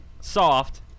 soft